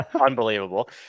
unbelievable